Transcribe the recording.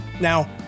Now